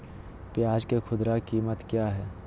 प्याज के खुदरा कीमत क्या है?